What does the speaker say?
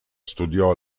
studiò